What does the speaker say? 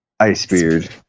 Icebeard